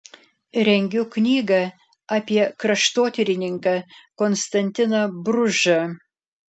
rengiu knygą apie kraštotyrininką konstantiną bružą